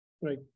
Right